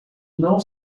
não